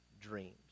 dreams